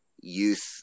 youth